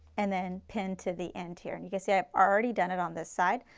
and then pin to the end here. and you can say i have already done it on this side.